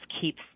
keeps